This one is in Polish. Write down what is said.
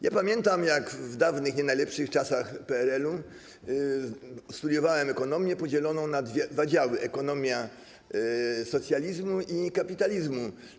Ja pamiętam, jak w dawnych, nie najlepszych czasach PRL-u studiowałem ekonomię podzieloną na dwa działy: ekonomia socjalizmu i kapitalizmu.